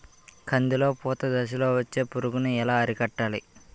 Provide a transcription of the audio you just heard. కందిలో పూత దశలో వచ్చే పురుగును ఎలా అరికట్టాలి?